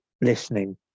listening